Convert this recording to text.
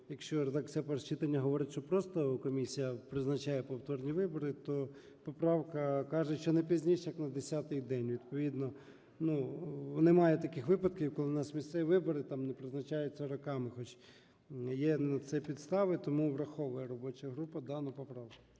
Якщо редакція першого читання говорить, що просто комісія призначає повторні вибори, то поправка каже, що не пізніше як на десятий день. Відповідно, ну, немає таких випадків, коли у нас місцеві вибори там не призначаються роками, хоч є на це підстави. Тому враховує робоча група дану поправку.